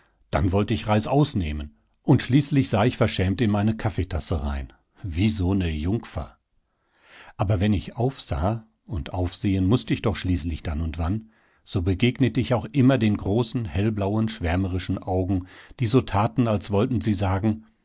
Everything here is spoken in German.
dann wollt ich reißaus nehmen und schließlich sah ich verschämt in meine kaffeetasse rein wie so ne jungfer aber wenn ich aufsah und aufsehen mußt ich doch schließlich dann und wann so begegnet ich auch immer den großen hellblauen schwärmerischen augen die so taten als wollten sie sagen